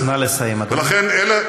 נא לסיים, אדוני.